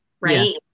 right